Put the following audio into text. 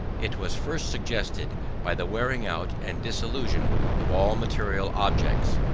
it was first suggested by the wearing out and dissolution of all material objects,